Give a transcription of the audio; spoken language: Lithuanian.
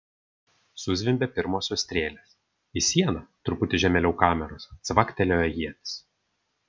suzvimbė pirmosios strėlės į sieną truputį žemėliau kameros cvaktelėjo ietis